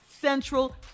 Central